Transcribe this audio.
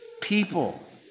people